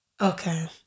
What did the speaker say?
Okay